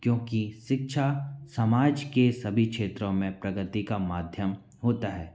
क्योंकि शिक्षा समाज के सभी क्षेत्रों में प्रगति का माध्यम होता है